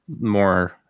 more